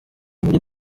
muri